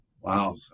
Wow